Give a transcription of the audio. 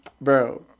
Bro